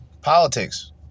politics